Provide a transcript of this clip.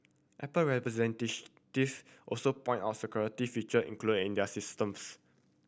apple also pointed out security feature included in their systems